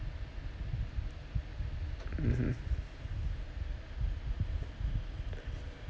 mmhmm